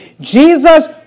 Jesus